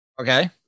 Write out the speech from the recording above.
Okay